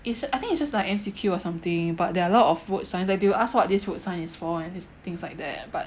is I think it's just like M_C_Q or something but there are a lot of road signs like they will ask what this road sign is for and things like that but